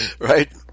Right